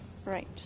Right